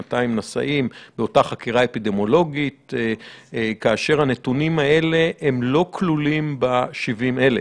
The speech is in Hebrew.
נשאים באותה חקירה אפידמיולוגית כאשר הנתונים האלה לא כלולים ב-70,000.